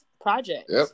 projects